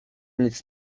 nic